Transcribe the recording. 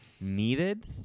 needed